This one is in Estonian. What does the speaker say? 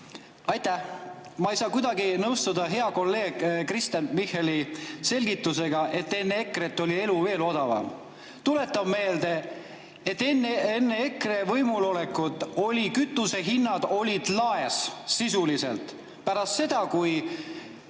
Aitäh! Ma ei saa kuidagi nõustuda hea kolleegi Kristen Michali selgitusega, et enne EKRE-t oli elu veel odavam. Tuletan meelde, et enne EKRE võimulolekut olid kütusehinnad sisuliselt laes. Pärast seda, kui